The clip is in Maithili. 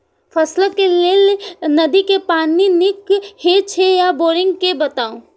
फसलक लेल नदी के पानी नीक हे छै या बोरिंग के बताऊ?